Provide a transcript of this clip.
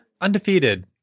undefeated